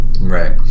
right